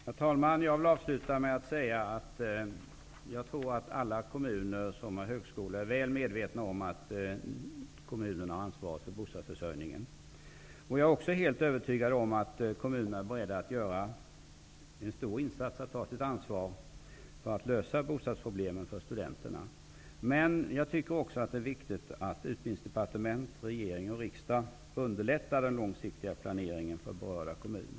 Herr talman! Jag vill avsluta med att säga att jag tror att alla kommuner som har högskolor är väl medvetna om att de har ansvaret för bostadsförsörjningen. Jag är också helt övertygad om att kommunerna är beredda att göra en stor insats för att ta sitt ansvar för att lösa bostadsproblemen för studenterna. Men det är också viktigt att Utbildningsdepartementet, regeringen och riksdagen underlättar den långsiktiga planeringen för berörda kommuner.